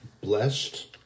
blessed